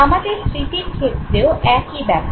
আমাদের স্মৃতির ক্ষেত্রেও একই ব্যাপার